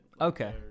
Okay